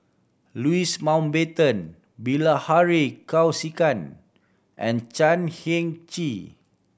Louis Mountbatten Bilahari Kausikan and Chan Heng Chee